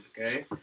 okay